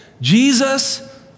Jesus